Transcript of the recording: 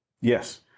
Yes